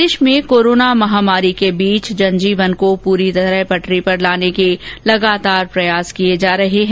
प्रदेश में कोरोना महामारी के बीच जनजीवन को पूरी तरह से पटरी पर लाने के लिए लगातार प्रयास जारी हैं